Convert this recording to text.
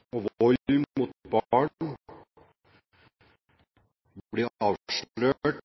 og vold mot barn blir avslørt,